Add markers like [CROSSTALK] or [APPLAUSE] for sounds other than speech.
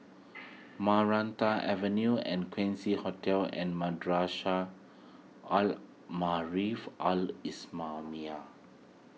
[NOISE] Maranta Avenue and Quincy Hotel and Madrasah Al Maarif Al Islamiah